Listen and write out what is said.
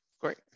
great